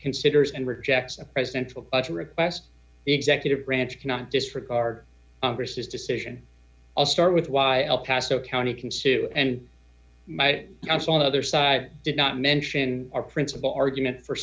considers and rejects a presidential request the executive branch cannot disregard this decision i'll start with why paso county can sue and my house on the other side did not mention our principal argument for